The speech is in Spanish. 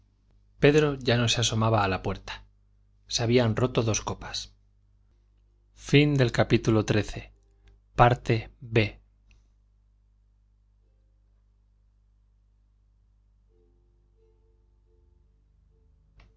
pedro ya no se asomaba a la puerta se habían roto dos copas